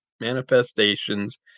Manifestations